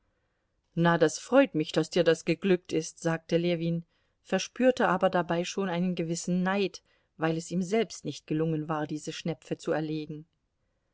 na das freut mich daß dir das geglückt ist sagte ljewin verspürte aber dabei schon einen gewissen neid weil es ihm selbst nicht gelungen war diese schnepfe zu erlegen